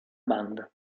banda